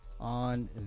on